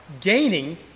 gaining